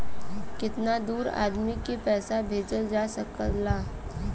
कितना दूर आदमी के पैसा भेजल जा सकला?